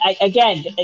again